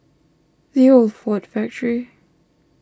the Old Ford Factor